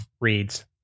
reads